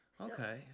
Okay